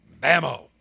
Bammo